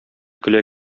көлә